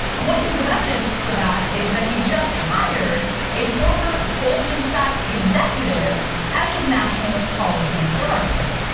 one piece of evidence for that is that he just hired a former goldman sachs executive as his national policy director.